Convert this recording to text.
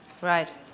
Right